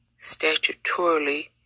statutorily